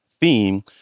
theme